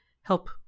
help